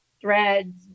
threads